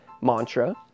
mantra